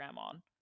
on